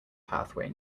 pathway